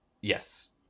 Yes